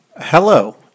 Hello